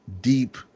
deep